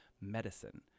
medicine